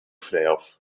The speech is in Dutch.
vrijaf